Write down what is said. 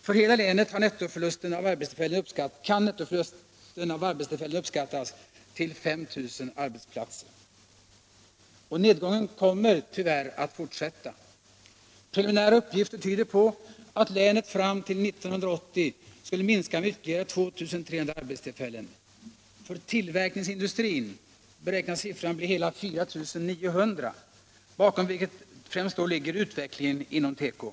För hela länet kan nettoförlusten av arbetstillfällen uppskattas till 5000 arbetsplatser. Nedgången kommer tyvärr att fortsätta. Preliminära uppgifter tyder på att antalet arbetsplatser i länet fram till 1980 skulle minska med ytterligare 2 300. För tillverkningsindustrin beräknas siffran bli hela 4 900, bakom vilket främst ligger utvecklingen inom teko.